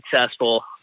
successful